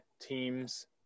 teams